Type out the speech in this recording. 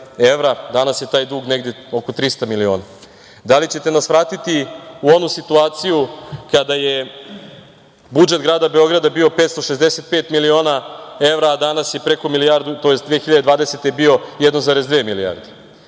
danas je taj dug negde oko 300 miliona? Da li ćete nas vratiti u onu situaciju kada je budžet grada Beograda bio 565 miliona evra, a 2020. godine je bio 1,2 milijarde?